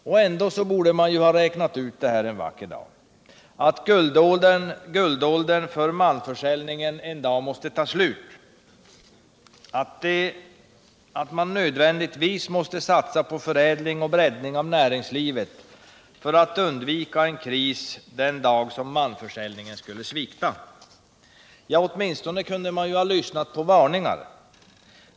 Och ändå borde man någon gång ha kunnat räkna ut att guldåldern för malmförsäljningen en dag måste ta slut — att man nödvändigtvis måste satsa på förädling och breddning av näringslivet för att undvika en kris, om malmförsäljningen skulle svikta. Åtminstone kunde man ha lyssnat på varningar.